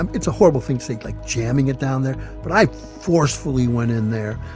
um it's a horrible thing to say like, jamming it down there. but i forcefully went in there,